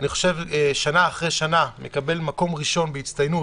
אני חושב ששנה אחרי שנה מקבל מקום ראשון בהצטיינות